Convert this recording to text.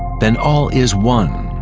then all is one.